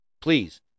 Please